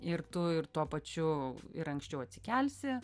ir tu ir tuo pačiu ir anksčiau atsikelsi